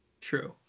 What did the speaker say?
True